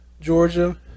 Georgia